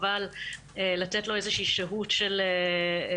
אבל לתת לו איזו שהיא שהות של התאוששות